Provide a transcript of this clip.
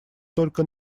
только